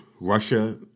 Russia